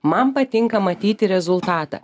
man patinka matyti rezultatą